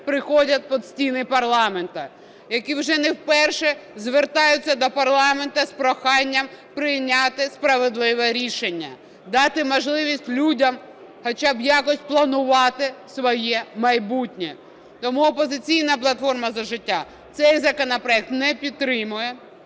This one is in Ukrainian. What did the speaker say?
приходять під стіни парламенту, які вже не вперше звертаються до парламенту з проханням прийняти справедливе рішення – дати можливість людям хоча б якось планувати своє майбутнє. Тому "Опозиційна платформа – За життя" цей законопроект не підтримує.